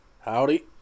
Howdy